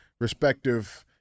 respective